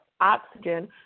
oxygen